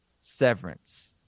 Severance